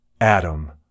Adam